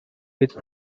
with